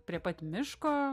prie pat miško